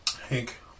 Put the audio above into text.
Hank